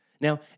Now